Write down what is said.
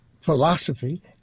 philosophy